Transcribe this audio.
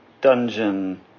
dungeon